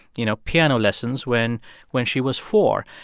you know, piano lessons when when she was four.